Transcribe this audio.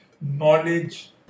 knowledge